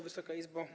Wysoka Izbo!